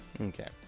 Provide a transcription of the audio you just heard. Okay